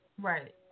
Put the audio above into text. Right